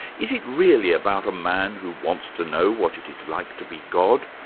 is it really about a man who wants to know what it is like to be god?